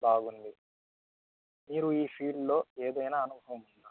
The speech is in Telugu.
బాగుంది మీరు ఈ ఫీల్డ్లో ఏదైనా అనుభవం ఉందా